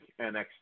NXT